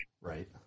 right